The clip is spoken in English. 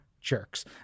jerks